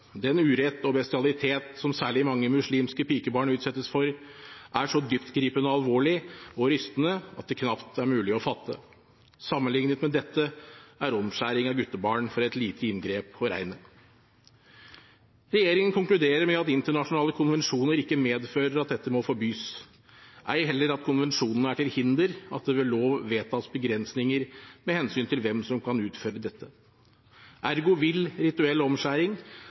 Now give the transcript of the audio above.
Den urett og bestialitet som særlig mange muslimske pikebarn utsettes for, er så dyptgripende alvorlig og rystende at det knapt er mulig å fatte. Sammenlignet med dette er omskjæring av guttebarn for et lite inngrep å regne. Regjeringen konkluderer med at internasjonale konvensjoner ikke medfører at dette må forbys, ei heller at konvensjonene er til hinder for at det ved lov vedtas begrensninger med hensyn til hvem som kan utføre dette. Ergo vil rituell omskjæring